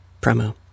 promo